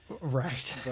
Right